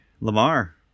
Lamar